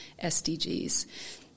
SDGs